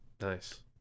Nice